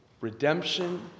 redemption